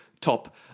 top